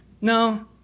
No